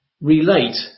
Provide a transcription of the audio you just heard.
relate